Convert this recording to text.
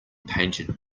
painted